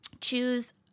choose